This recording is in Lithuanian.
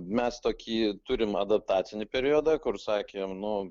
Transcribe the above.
mes tokį turim adaptacinį periodą kur sakėm nu